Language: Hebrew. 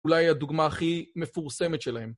אולי הדוגמה הכי מפורסמת שלהם.